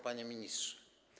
Panie Ministrze!